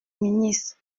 ministre